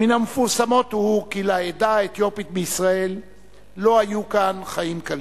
מן המפורסמות הוא שלעדה האתיופית בישראל לא היו כאן חיים קלים,